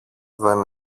δεν